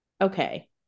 Okay